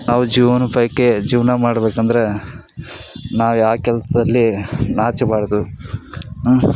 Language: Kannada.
ನಾವು ಜೀವನೋಪಾಯಕ್ಕೆ ಜೀವನ ಮಾಡಬೇಕಂದರೆ ನಾವು ಯಾವ ಕೆಲಸದಲ್ಲಿ ನಾಚಬಾರ್ದು